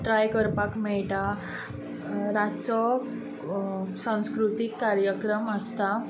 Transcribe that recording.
try करपाक मेळटा रातचो संस्कृतीक कार्यक्रम आसता